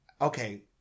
Okay